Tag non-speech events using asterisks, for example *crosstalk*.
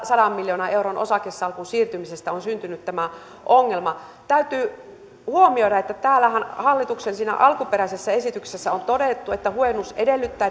sadan miljoonan euron osakesalkun siirtymisestä on syntynyt tämä ongelma täytyy huomioida että täällä hallituksen alkuperäisessä esityksessähän on todettu että huojennus edellyttää *unintelligible*